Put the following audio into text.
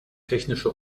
technische